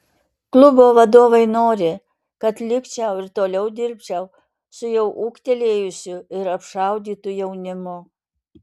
klubo vadovai nori kad likčiau ir toliau dirbčiau su jau ūgtelėjusiu ir apšaudytu jaunimu